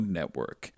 Network